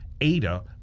Ada